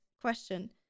question